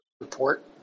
report